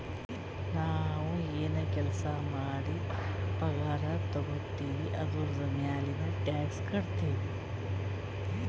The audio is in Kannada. ನಾವ್ ಎನ್ ಕೆಲ್ಸಾ ಮಾಡಿ ಪಗಾರ ತಗೋತಿವ್ ಅದುರ್ದು ಮ್ಯಾಲನೂ ಟ್ಯಾಕ್ಸ್ ಕಟ್ಟತ್ತಿವ್